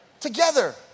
Together